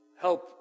help